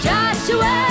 Joshua